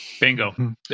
Bingo